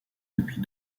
depuis